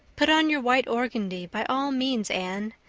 put on your white organdy, by all means, anne,